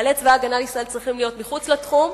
אבל במלחמת לבנון חיילי צבא-הגנה לישראל צריכים להיות מחוץ לתחום,